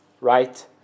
Right